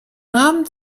abend